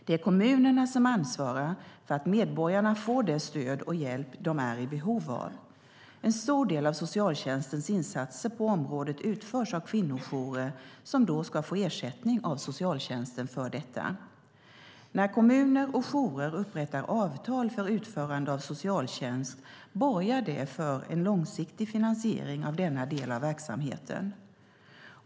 Det är kommunerna som ansvarar för att medborgarna får det stöd och den hjälp de är i behov av. En stor del av socialtjänstens insatser på området utförs av kvinnojourer som då ska få ersättning av socialtjänsten för detta. När kommuner och jourer upprättar avtal för utförande av socialtjänst borgar det för en långsiktig finansiering av denna del av verksamheten.